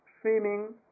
swimming